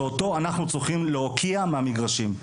שאותו אנחנו צריכים להוקיע מהמגרשים.